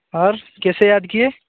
और कैसे याद किए